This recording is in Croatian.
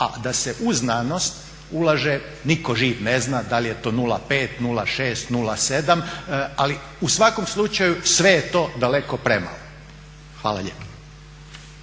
A da se u znanost ulaže, nitko živ ne zna da li je to 0,5, 0,6, 0,7 ali u svakom slučaju sve je to daleko premalo. Hvala lijepa.